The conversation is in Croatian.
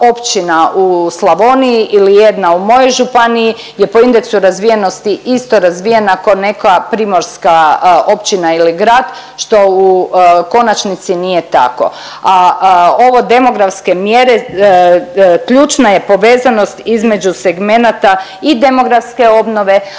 u Slavoniji ili jedna u mojoj županiji je prema indeksu razvijenosti isto razvijena ko neka primorska općina ili grad, što u konačnici nije tako. A ovo demografske mjere, ključna je povezanost između segmenata i demografske obnove,